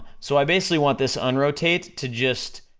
so i basically want this un-rotate to just,